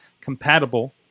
compatible